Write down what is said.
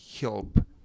help